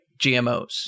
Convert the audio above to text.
GMOs